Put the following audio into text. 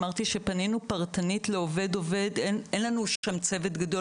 אמרתי שפנינו פרטנית לעובד-עובד אין לנו שם צוות גדול